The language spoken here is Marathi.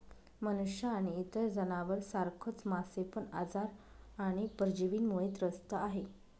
मनुष्य आणि इतर जनावर सारखच मासे पण आजार आणि परजीवींमुळे त्रस्त आहे